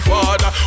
Father